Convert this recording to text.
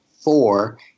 four